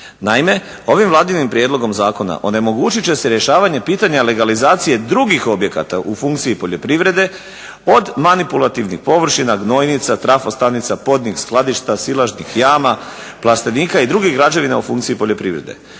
Naime, ovim Vladinim prijedlogom zakona onemogućit će se rješavanje pitanja legalizacije drugih objekata u funkciji poljoprivrede, od manipulativnih površina, gnojnica, trafostanica, podnih skladišta, silaznih jama, plastenika i drugih građevina u funkciji poljoprivrede.